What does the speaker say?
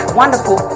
wonderful